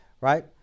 right